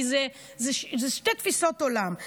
כי זה שתי תפיסות עולם.